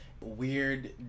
weird